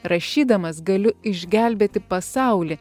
rašydamas galiu išgelbėti pasaulį